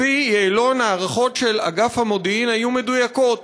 לפי יעלון, ההערכות של אגף המודיעין היו מדויקות: